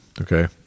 Okay